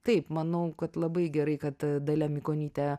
taip manau kad labai gerai kad dalia mikonytė